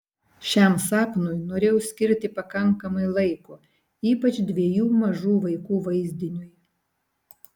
šiam sapnui norėjau skirti pakankamai laiko ypač dviejų mažų vaikų vaizdiniui